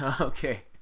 Okay